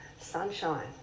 sunshine